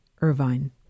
Irvine